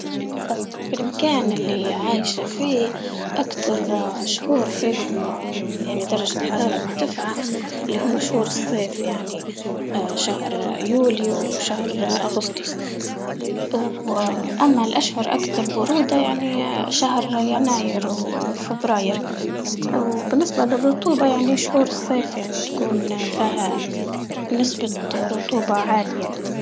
اه في المكان اللي عايشة فيه أكتر اه شهور فيهم اه يعني درجة الحرارة مرتفعة، اللي هم سور الصيف يعني اه شهر يوليو وشهر اغسطس. واه أما الأحمر أكتر برودة يعني اه شهر يناير فبراير، وبالنسبة للرطوبة يعني شغل الصيف يعني تكون فيها نسبة رطوبة عالية.